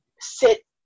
sit